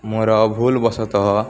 ମୋର ଭୁଲ୍ ବଶତଃ